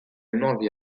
nuovi